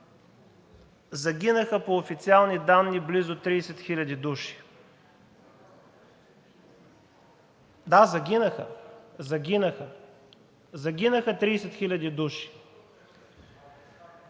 загинаха по официални данни близо 30 хиляди души. Да, загинаха! Загинаха! Загинаха 30 хиляди